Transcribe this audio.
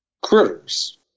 Critters